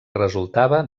resultava